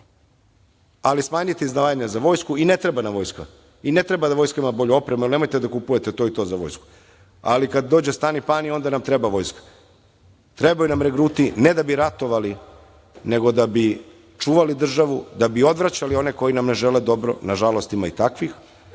ali smanjite izdvajanja za vojsku i ne treba nam vojska i ne treba da vojska ima bolju opremu i nemojte da kupujete to i to za vojsku, ali kada dođe stani-pani, onda nam treba vojska. Trebaju nam regruti, ne da bi ratovali nego da bi čuvali državu, da bi odvraćali one koji nam ne žele dobro, nažalost, ima i takvih,